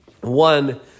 One